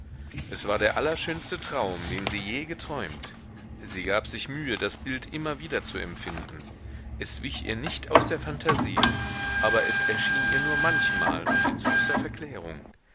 es war der allerschönste traum den sie je geträumt sie gab sich mühe das bild immer wieder zu empfinden es wich ihr nicht aus der phantasie aber es erschien ihr nur manchmal und in süßer verklärung